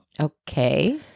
Okay